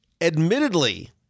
Admittedly